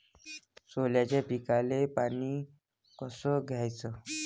सोल्याच्या पिकाले पानी कस द्याचं?